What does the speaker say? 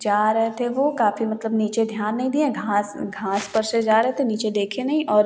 जा रहे थे वो काफ़ी मतलब नीचे ध्यान नहीं दिए घाँस घाँस पर से जा रहे थे नीचे देखें नहीं और